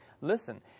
listen